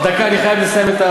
דקה, אני חייב לסיים.